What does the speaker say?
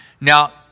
Now